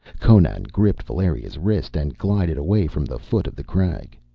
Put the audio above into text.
conan gripped valeria's wrist and glided away from the foot of the crag.